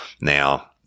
Now